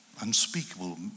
unspeakable